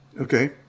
Okay